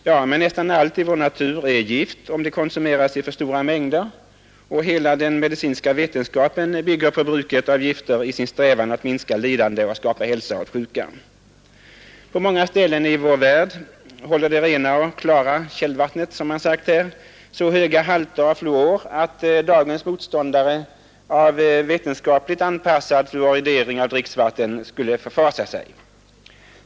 Ja, men nästan allt i vår natur är gift om det konsumeras i för stora mängder, och hela den medicinska vetenskapen bygger på bruket av gifter i sin strävan att minska lidande och skapa hälsa åt sjuka. På många ställen i vår värld håller det rena och klara källvattnet, som man sagt här, så höga halter av fluor att dagens motståndare av vetenskapligt anpassad fluoridering av dricksvatten skulle förfasa sig.